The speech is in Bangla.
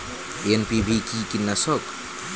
এন.পি.ভি কি কীটনাশক?